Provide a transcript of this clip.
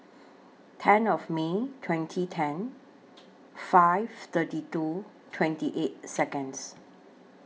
ten of May twenty ten five thirty two twenty eight Seconds